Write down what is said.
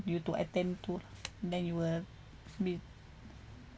you to attend to then you will be